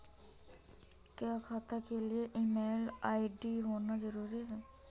क्या खाता के लिए ईमेल आई.डी होना जरूरी है?